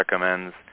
recommends